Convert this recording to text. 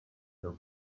your